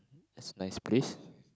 that's a nice place